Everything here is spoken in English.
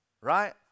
right